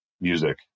music